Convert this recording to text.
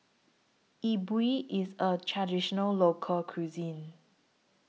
Yi Bua IS A Traditional Local Cuisine